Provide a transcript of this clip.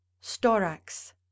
Storax